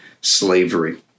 slavery